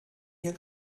hier